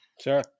Sure